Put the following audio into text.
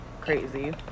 Crazy